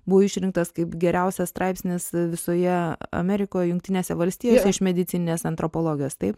buvo išrinktas kaip geriausias straipsnis visoje amerikoje jungtinėse valstijose iš medicininės antropologijos taip